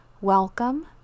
welcome